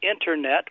Internet